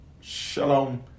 Shalom